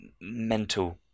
mental